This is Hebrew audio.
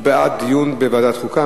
הוא בעד דיון בוועדת חוקה,